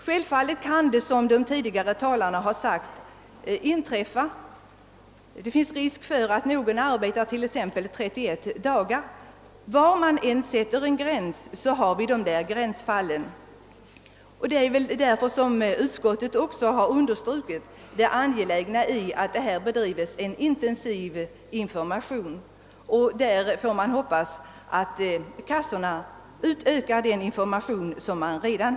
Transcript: Självfallet finns det risk för, som de tidigare talarna sagt, att någon arbetar t.ex. 31 dagar, men var man än sätter en gräns uppstår gränsfall. Detta är väl också anledningen till att utskottet understrukit det angelägna i att det på detta område bedrivs en intensiv information, och man får hoppas att kassorna utökar den nuvarande informationen.